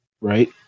right